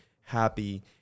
happy